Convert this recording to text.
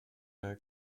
mehr